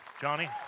Johnny